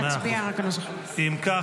אם כך,